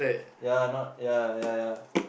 yep not yep yep yep